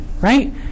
right